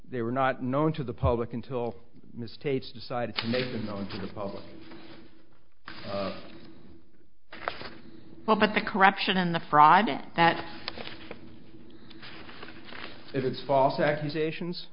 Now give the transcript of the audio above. they were not known to the public until misstates decided to make them known to the public well but the corruption in the fraud that it is false accusations